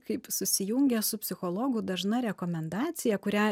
kaip susijungia su psichologų dažna rekomendacija kurią